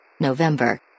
November